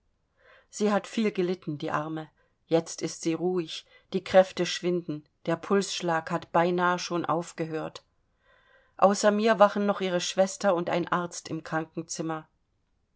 sie hat viel gelitten die arme jetzt ist sie ruhig die kräfte schwinden der pulsschlug hat beinah schon aufgehört außer mir wachen noch ihre schwester und ein arzt im krankenzimmer